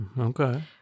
Okay